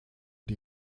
die